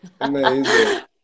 Amazing